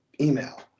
email